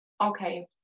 okay